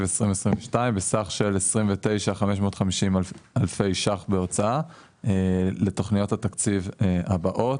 2022 בסך של 29,550 אלפי שקלים בהוצאה לתוכניות התקציב הבאות: